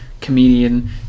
comedian